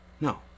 No